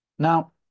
now